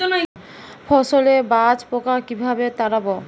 ফসলে জাবপোকা কিভাবে তাড়াব?